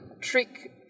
trick